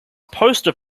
poster